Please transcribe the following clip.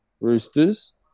Roosters